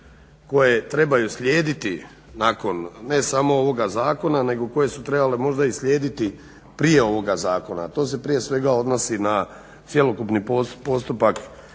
koje trebaju slijediti nakon ne samo ovoga zakona nego koje su trebale možda i slijediti prije ovoga zakona, a to se prije svega odnosi na cjelokupni postupak